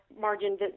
margin